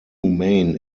main